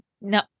No